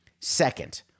Second